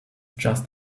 just